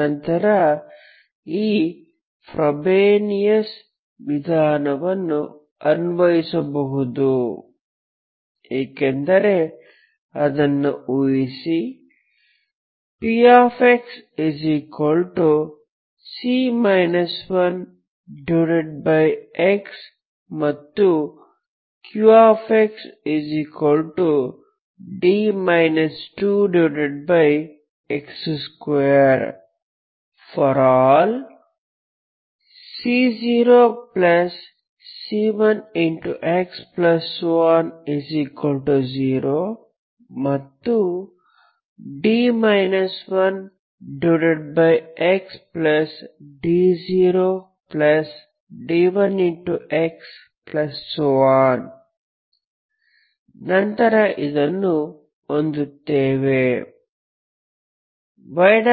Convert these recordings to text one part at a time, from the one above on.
ನಂತರ ಈ ಫ್ರೋಬೆನಿಯಸ್ ವಿಧಾನವನ್ನು ಅನ್ವಯಿಸಬಹುದು ಏಕೆಂದರೆ ಅದನ್ನು ಊಹಿಸಿ pxc 1x ಮತ್ತು qxd 2x2 c0c1x 0 ಮತ್ತುd 1xd0d1x ನಂತರ ಇದನ್ನು ಹೊಂದುತ್ತೇವೆ yyc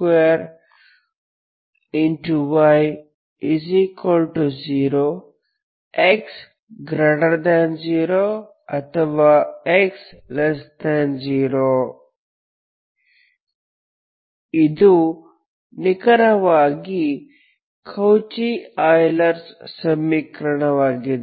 1xd 2x2y0 x0 ಅಥವಾ x0 ಇದು ನಿಖರವಾಗಿ ಕೌಚಿ ಯೂಲರ್ ಸಮೀಕರಣವಾಗಿದೆ